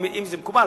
אם זה מקובל,